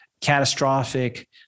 catastrophic